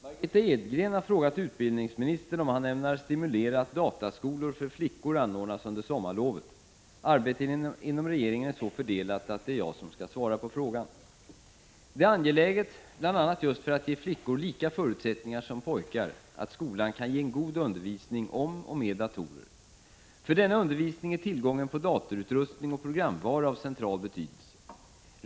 Herr talman! Margitta Edgren har frågat utbildningsministern om han ämnar stimulera att dataskolor för flickor anordnas under sommarlovet. Arbetet inom regeringen är så fördelat att det är jag som skall svara på frågan. Det är angeläget, bl.a. just för att ge flickor lika förutsättningar som pojkar, att skolan kan ge en god undervisning om och med datorer. För denna undervisning är tillgången på datorutrustning och programvara av central betydelse.